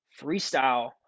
freestyle